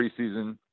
preseason